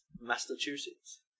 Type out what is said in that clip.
Massachusetts